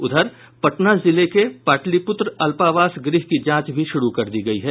उधर पटना जिले के पाटलिपुत्र अल्पावास गृह की जांच भी शुरू कर दी गयी है